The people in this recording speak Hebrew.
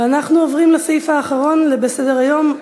ואנחנו עוברים לסעיף האחרון בסדר-היום.